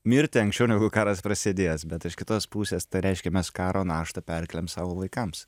mirti anksčiau negu karas prasidės bet iš kitos pusės tai reiškia mes karo naštą perkeliam savo vaikams